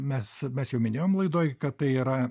mes mes jau minėjom laidoj kad tai yra